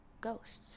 ghosts